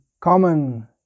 common